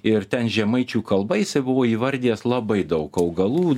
ir ten žemaičių kalba jisai buvo įvardijęs labai daug augalų